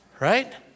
Right